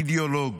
אידיאולוג,